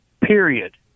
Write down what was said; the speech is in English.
period